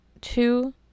two